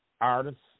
artists